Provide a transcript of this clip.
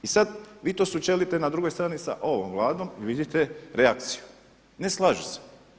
I sada vi to sučelite na drugoj strani sa ovom Vladom i vidite reakciju, ne slažu se.